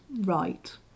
right